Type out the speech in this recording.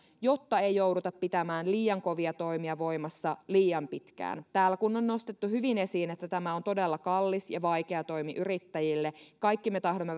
jotta ei jouduta pitämään liian kovia toimia voimassa liian pitkään täällä on nostettu hyvin esiin että tämä on todella kallis ja vaikea toimi yrittäjille kaikki me tahdomme